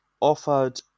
offered